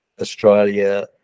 australia